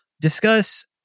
discuss